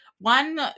one